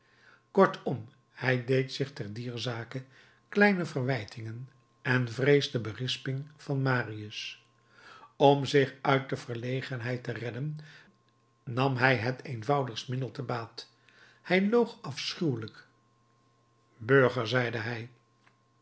kortom hij deed zich te dier zake kleine verwijtingen en vreesde berisping van marius om zich uit de verlegenheid te redden nam hij het eenvoudigst middel te baat hij loog afschuwelijk burger zeide hij